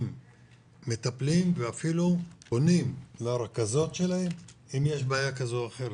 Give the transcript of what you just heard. הם מטפלים ואפילו פונים לרכזות שלהם אם יש בעיה כזו או אחרת,